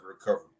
recovery